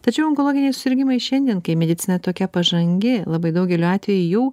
tačiau onkologiniai susirgimai šiandien kai medicina tokia pažangi labai daugeliu atvejų jau